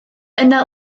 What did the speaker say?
yna